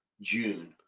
June